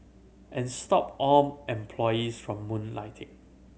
and stop all employees from moonlighting